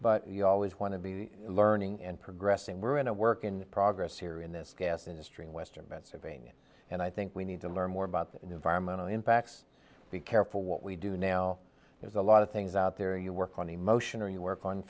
but you always want to be learning and progressing we're in a work in progress here in this gas industry in western pennsylvania and i think we need to learn more about the environmental impacts be careful what we do now there's a lot of things out there you work on emotion or you work on